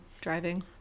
driving